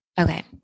Okay